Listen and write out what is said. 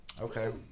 Okay